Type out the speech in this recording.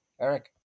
Eric